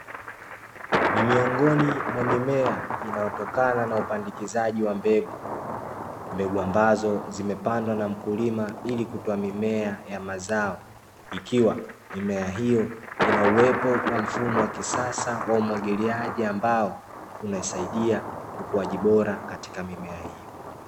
Ni miongoni mwa mimea inayopandwa kutokana na upandikizaji wa mbegu, mbegu ambazo zimepandwa na mkulima ili kutoa mimea ya mazao. Ikiwa mimea hiyo Ina uwepo wa mfumo wa kisasa wa umwagiliaji unasaidia ukuaji bora katika mimea hiyo.